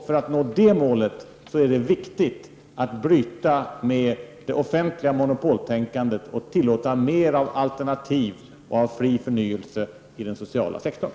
För att nå det målet är det viktigt att bryta med det offentliga monopoltänkandet och tillåta mer av alternativ och fri förnyelse inom den sociala sektorn.